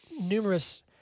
numerous